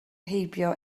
heibio